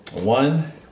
one